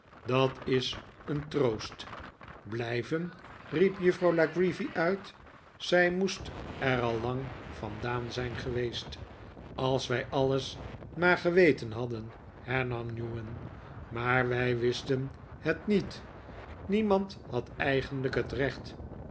dat is een troost blijven riep juffrouw la creevy uit zij moest er al lang vandaan zijn geweest als wij alles maar geweten hadden hernam newman maar wij wisten het niet niemand had eigenlijk het recht